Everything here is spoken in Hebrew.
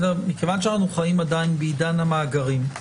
מכיוון שאנחנו חיים עדיין בעידן המאגרים,